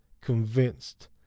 convinced